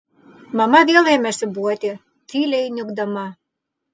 mama vėl ėmė siūbuoti tyliai niūkdama